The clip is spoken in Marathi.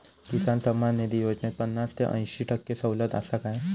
किसान सन्मान निधी योजनेत पन्नास ते अंयशी टक्के सवलत आसा काय?